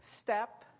step